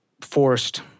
forced